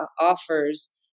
offers